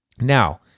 Now